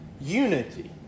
unity